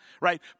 Right